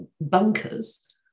bunkers